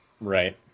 Right